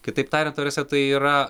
kitaip tariant ta prasme tai yra